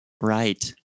Right